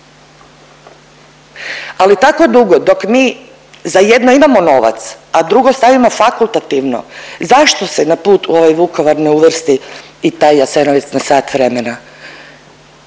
Ali tako dugo dok mi za jedne imamo novac, a drugo stavimo fakultativno, zašto se na put u ovaj Vukovar ne uvrsti i taj Jasenovac na sat vremena?